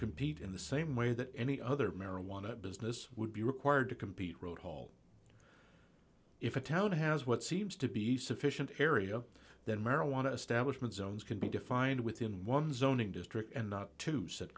compete in the same way that any other marijuana business would be required to compete road hall if a town has what seems to be sufficient area that marijuana establishment zones can be defined within one zoning district and not to s